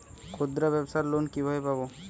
ক্ষুদ্রব্যাবসার লোন কিভাবে পাব?